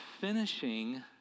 finishing